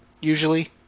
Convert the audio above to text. usually